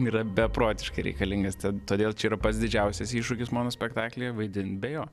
yra beprotiškai reikalingas tad todėl čia yra pats didžiausias iššūkis monospektaklyje vaidint be jo